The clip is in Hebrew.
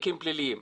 תיקים פליליים.